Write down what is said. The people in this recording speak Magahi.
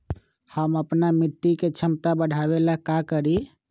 हम अपना मिट्टी के झमता बढ़ाबे ला का करी?